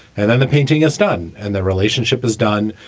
and then the painting is done and the relationship is done.